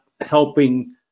helping